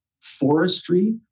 forestry